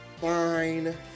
Fine